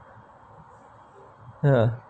ya